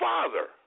Father